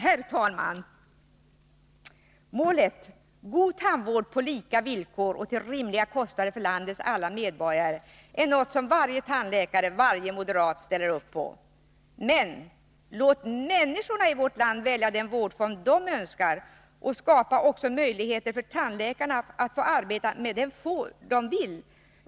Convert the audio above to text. Herr talman! Målet, god tandvård på lika villkor och till rimliga kostnader för landets alla medborgare, är något som varje tandläkare och varje moderat ställer upp på. Men låt människorna i vårt land välja den vårdform de önskar och skapa också möjligheter för tandläkarna att få arbeta i den form av tandvård de vill.